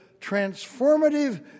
transformative